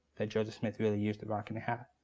that joseph smith really used the rock in the hat.